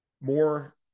more